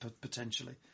potentially